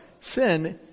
sin